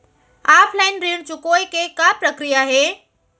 Offline ऋण चुकोय के का प्रक्रिया हे?